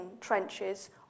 trenches